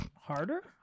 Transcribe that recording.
Harder